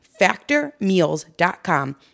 factormeals.com